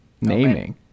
Naming